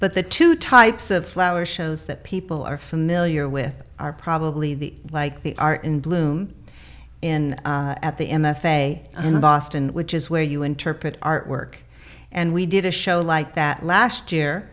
but the two types of flower shows that people are familiar with are probably the like they are in bloom in at the m f a in boston which is where you interpret art work and we did a show like that last year